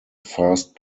fast